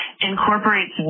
incorporates